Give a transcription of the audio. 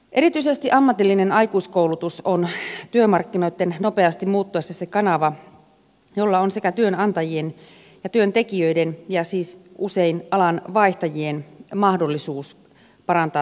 erityisesti ammatillinen aikuiskoulutus on työmarkkinoitten nopeasti muuttuessa se kanava jolla sekä työnantajien että työntekijöiden ja siis usein alan vaihtajien on mahdollisuus parantaa työtilannettaan